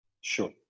Sure